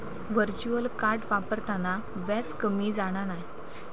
virtual card वापरताना व्याज कमी जाणा नाय